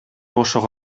ошого